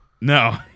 No